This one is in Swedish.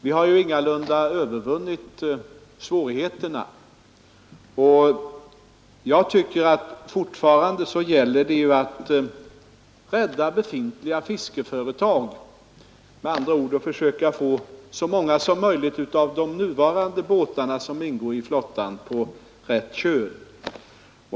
Vi har ingalunda övervunnit svårigheterna, och jag tycker att det fortfarande gäller att rädda befintliga fiskeföretag — med andra ord att försöka få så många som möjligt av de nuvarande båtarna som ingår i flottan på rätt köl.